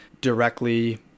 directly